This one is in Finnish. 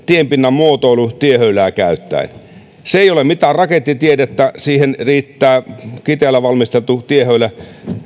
tienpinnan muotoilu tiehöylää käyttäen se ei ole mitään rakettitiedettä siihen riittää kiteellä valmistettu tiehöylä